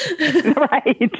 Right